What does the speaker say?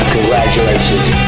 Congratulations